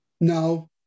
no